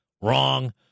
Wrong